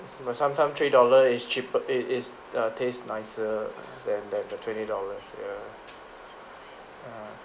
but sometime three dollar is cheape~ is is err taste nicer than that the twenty dollars ya